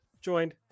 joined